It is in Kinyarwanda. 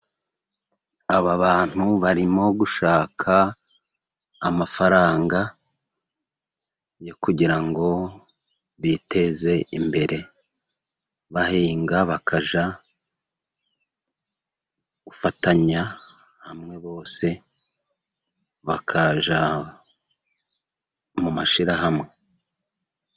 Aba bantu barimo gushaka amafaranga yo kugira ngo biteze imbere bahinga, bakajya gufatanya hamwe bose, bakajya mu mashyirahamwe.